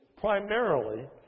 primarily